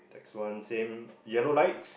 this one same yellow lights